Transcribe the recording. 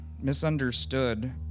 misunderstood